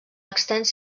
extens